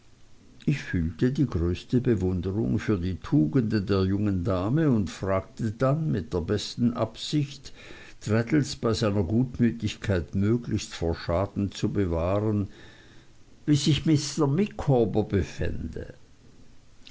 ich fühlte die größte bewunderung für die tugenden der jungen dame und fragte dann mit der besten absicht traddles bei seiner gutmütigkeit möglichst vor schaden zu bewahren wie sich mr micawber befände